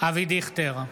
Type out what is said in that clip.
אבי דיכטר,